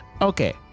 Okay